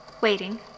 waiting